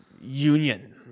union